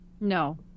No